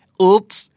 oops